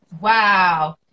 Wow